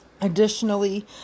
Additionally